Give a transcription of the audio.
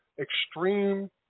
extreme